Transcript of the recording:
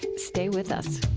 stay with us